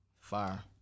fire